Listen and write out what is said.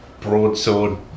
broadsword